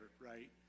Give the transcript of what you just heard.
right